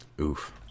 Oof